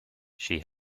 she